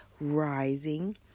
rising